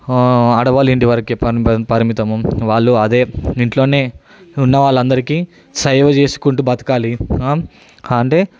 ఆడవాళ్ళ ఇంటి వరకే పని పరిమితం వాళ్లు అదే ఇంట్లోనే ఉన్నవాళ్ళందరికీ సేవ చేసుకుంటూ బతకాలి అంటే